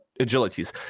Agilities